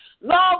Lord